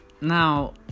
Now